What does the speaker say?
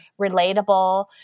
relatable